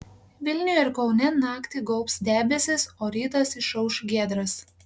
vilniuje ir kaune naktį gaubs debesys o rytas išauš giedras